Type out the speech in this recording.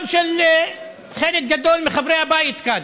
גם של חלק גדול מחברי הבית כאן: